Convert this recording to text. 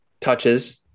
touches